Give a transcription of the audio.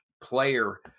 player